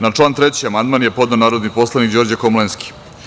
Na član 3. amandman je podneo narodni poslanik Đorđe Komlenski.